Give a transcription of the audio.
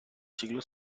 siglo